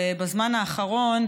ובזמן האחרון,